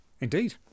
Indeed